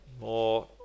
more